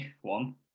one